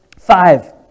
five